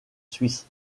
suisse